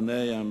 בניהם,